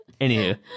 Anywho